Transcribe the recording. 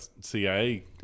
CIA